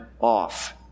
off